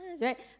right